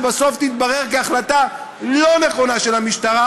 שבסוף תתברר כהחלטה לא נכונה של המשטרה,